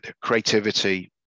creativity